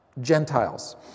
Gentiles